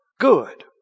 Good